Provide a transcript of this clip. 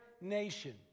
nation